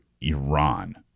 Iran